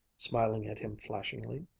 smiling at him flashingly,